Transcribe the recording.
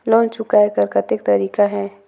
Loan चुकाय कर कतेक तरीका है?